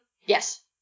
yes